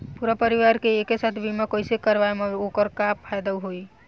पूरा परिवार के एके साथे बीमा कईसे करवाएम और ओकर का फायदा होई?